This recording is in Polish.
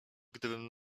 gdybym